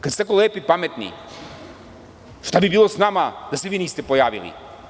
Kada ste tako lepi i pametni, šta bi bilo sa nama da se vi niste pojavili?